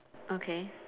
okay